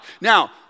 Now